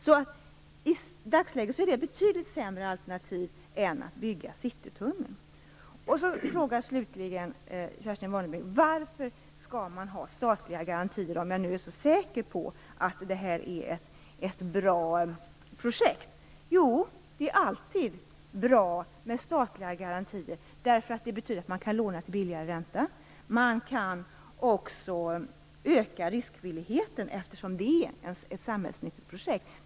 Så i dagsläget är detta ett betydligt sämre alternativ än att bygga Citytunneln. Så frågar slutligen Kerstin Warnerbring varför staten skall lämna garantier om jag nu är så säker på att det är ett bra projekt. Det är alltid bra med statliga garantier, därför att de betyder att man kan låna till billigare ränta. Man kan också öka riskvilligheten, eftersom det är ett samhällsnyttigt projekt.